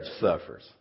suffers